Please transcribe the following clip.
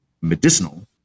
medicinal